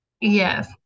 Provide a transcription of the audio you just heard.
Yes